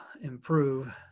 improve